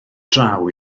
draw